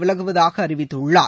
விலகுவதாக அறிவித்துள்ளார்